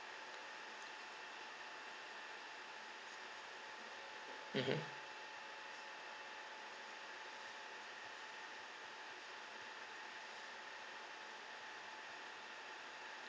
mmhmm